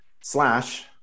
slash